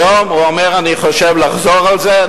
היום הוא אומר: אני חושב לחזור על זה,